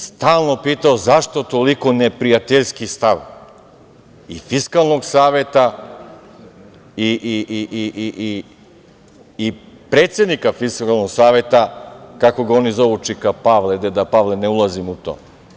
Stalno sam se pitao zašto toliko neprijateljski stav i Fiskalnog saveta i predsednika Fiskalnog saveta, kako ga oni zovu čika Pavle, deda Pavle ne ulazim u to.